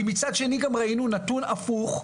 כי מצד שני גם ראינו נתון הפוך,